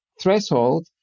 threshold